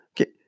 Okay